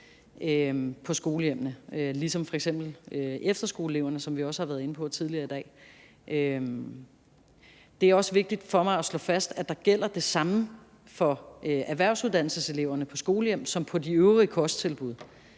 er sendt hjem ligesom f.eks. efterskoleeleverne, som vi også har været inde på tidligere i dag. Det er også vigtigt for mig at slå fast, at der gælder det samme for erhvervsuddannelseseleverne på skolehjem som på de øvrige kosttilbud,